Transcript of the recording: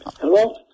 hello